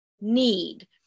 need